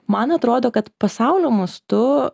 man atrodo kad pasaulio mastu